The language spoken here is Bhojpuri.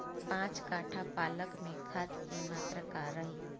पाँच कट्ठा पालक में खाद के मात्रा का रही?